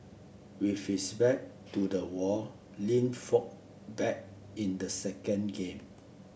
with his back to the wall Lin fought back in the second game